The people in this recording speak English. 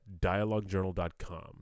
DialogueJournal.com